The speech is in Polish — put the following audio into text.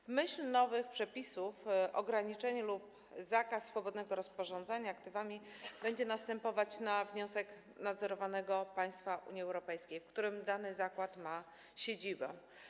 W myśl nowych przepisów ograniczenie lub zakaz swobodnego rozporządzenia aktywami będzie następować na wniosek nadzorowanego państwa Unii Europejskiej, w którym dany zakład ma siedzibę.